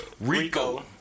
Rico